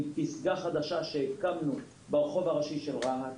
עם פסגה חדשה שהקמנו ברחוב הראשי של רהט,